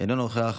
אינו נוכח,